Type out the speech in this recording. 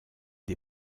des